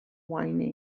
whinnying